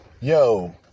Yo